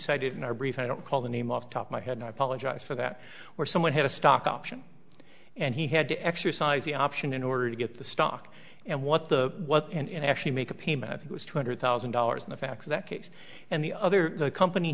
said in our brief i don't call the name off the top my head i apologize for that where someone had a stock option and he had to exercise the option in order to get the stock and what the what and actually make a payment of two hundred thousand dollars in the fact that case and the other company